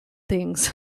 things